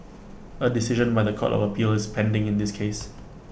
A decision by The Court of appeal is pending in this case